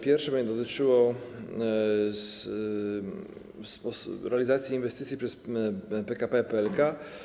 Pierwsze będzie dotyczyło realizacji inwestycji przez PKP PLK.